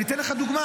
אני אתן לך דוגמה: